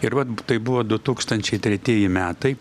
ir vat tai buvo du tūkstančiai tretieji metai